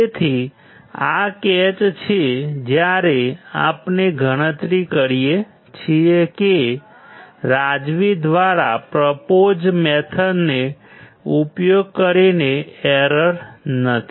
તેથી આ કેચ છે જ્યારે આપણે ગણતરી કરીએ છીએ કે રાઝવી દ્વારા પ્રોપોઝડ મેથડનો ઉપયોગ કરીને એરર નથી